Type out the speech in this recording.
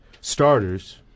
starters